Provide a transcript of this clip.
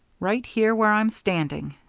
right here, where i'm standing.